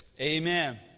Amen